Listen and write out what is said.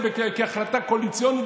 הצעת החוק המונחת לפנינו היום,